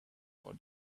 for